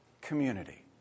community